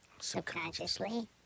subconsciously